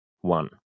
one